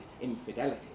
infidelity